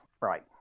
Right